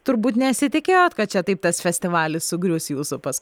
turbūt nesitikėjot kad čia taip tas festivalis sugrius jūsų pas